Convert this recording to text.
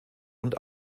und